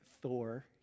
Thor